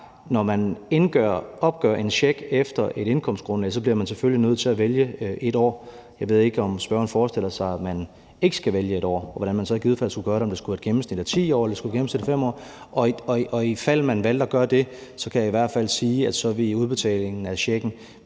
når man opgør en check efter et indkomstgrundlag, bliver man selvfølgelig nødt til at vælge et år. Jeg ved ikke, om spørgeren forestiller sig, at man ikke skal vælge et år, og har nogen forestilling om, hvordan man i givet fald skulle gøre det. Skulle det være et gennemsnit af 10 år eller et gennemsnit af 5 år? Og ifald man valgte at gøre det, kan jeg i hvert fald sige, at udbetalingen af checken